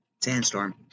Sandstorm